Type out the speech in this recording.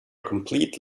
complete